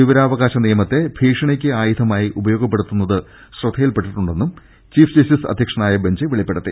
വിവരാവകാശ നിയമത്തെ ഭീഷണിക്ക് ആയുധമായി ഉപയോഗപ്പെടുത്തുന്നത് ശ്രദ്ധയിൽപെട്ടിട്ടുണ്ടെന്നും ചീഫ് ജസ്റ്റിസ് അധ്യക്ഷനായ ബെഞ്ച് വെളിപ്പെടുത്തി